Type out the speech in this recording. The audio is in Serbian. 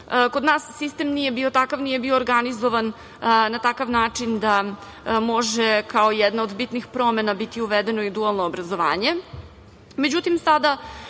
Kod nas sistem nije bio takav, nije bio organizovan na takav način da može kao jedna od bitnih promena biti uvedeno i dualno obrazovanje.